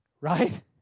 right